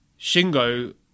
shingo